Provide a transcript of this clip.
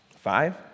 Five